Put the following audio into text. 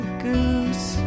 goose